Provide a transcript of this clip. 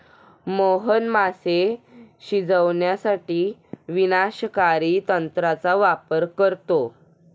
मोहन मासे शिजवण्यासाठी विनाशकारी तंत्राचा वापर करतो